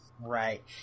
Right